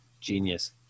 genius